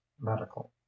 medical